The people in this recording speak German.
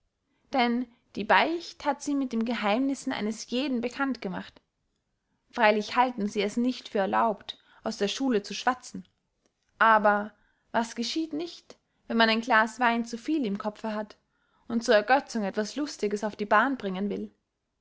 denn die beicht hat sie mit den geheimnissen eines jeden bekannt gemacht freylich halten sie es nicht für erlaubt aus der schule zu schwatzen aber was geschieht nicht wenn man ein glas wein zu viel im kopfe hat und zur ergötzung etwas lustiges auf die bahn bringen will